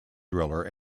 driller